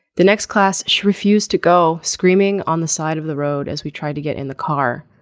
the next class she refused to go screaming on the side of the road as we tried to get in the car.